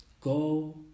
Go